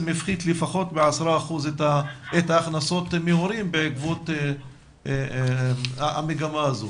הפחית לפחות ב-10 אחוזים את ההכנסות מההורים בעקבות המגמה הזו.